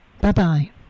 bye-bye